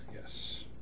yes